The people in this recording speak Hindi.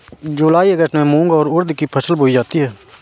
जूलाई अगस्त में मूंग और उर्द की फसल बोई जाती है